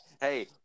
Hey